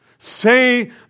Say